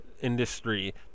industry